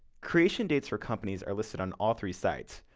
creation dates for companies are listed on all three sites.